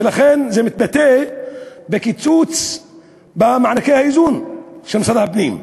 והדבר הזה מתבטא בקיצוץ במענקי האיזון של משרד הפנים.